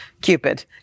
Cupid